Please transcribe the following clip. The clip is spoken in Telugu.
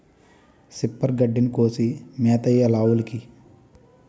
సిప్పరు గడ్డిని కోసి మేతెయ్యాలావుకి